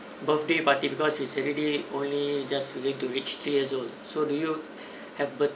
birthday party because he's already only just going to reach two years old so do you have birth~